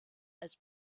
als